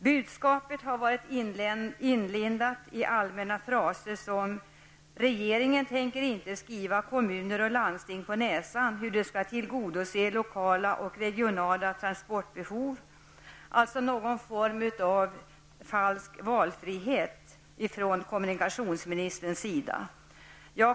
Budskapet har varit inlindat i allmänna fraser som ''regeringen tänker inte skriva kommuner och landsting på näsan hur de skall tillgodose lokala och regionala transportbehov'', alltså någon form av falsk valfrihet från kommunikationsministerns sida.